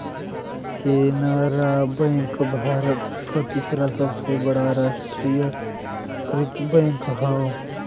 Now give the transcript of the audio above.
Canara bank Bharat क तीसरा सबसे बड़ा राष्ट्रीयकृत बैंक हौ